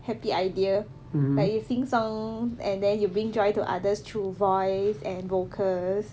happy idea like you sing song and then you bring joy to others through voice and vocals